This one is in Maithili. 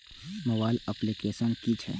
मोबाइल अप्लीकेसन कि छै?